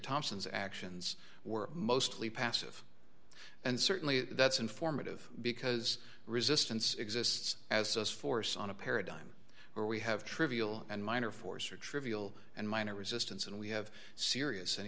thompson's actions were mostly passive and certainly that's informative because resistance exists as us force on a paradigm where we have trivial and minor force or trivial and minor resistance and we have serious and